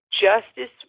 Justice